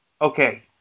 Okay